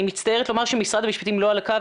אני מצטערת לומר שמשרד המשפטים לא על הקו,